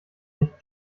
nicht